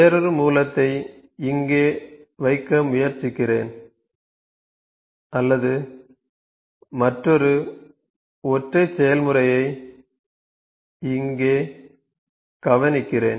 வேறொரு மூலத்தை இங்கே வைக்க முயற்சிக்கிறேன் அல்லது மற்றொரு ஒற்றை செயல்முறையை இங்கே கவனிக்கிறேன்